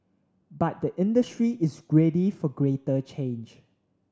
but the industry is ready for greater change